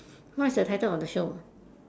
what is the title of the show